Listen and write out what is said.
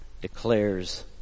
declares